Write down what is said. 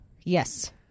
Yes